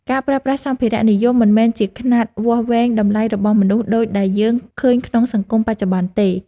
ការប្រើប្រាស់សម្ភារៈនិយមមិនមែនជាខ្នាតវាស់វែងតម្លៃរបស់មនុស្សដូចដែលយើងឃើញក្នុងសង្គមបច្ចុប្បន្នទេ។